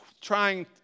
trying